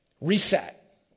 Reset